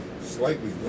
slightly